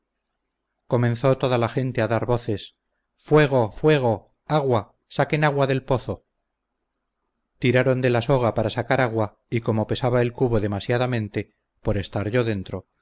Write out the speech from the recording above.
comenzó toda la gente a dar voces fuego fuego agua saquen agua del pozo tiraron de la soga para sacar agua y como pesaba el cubo demasiadamente por estar yo dentro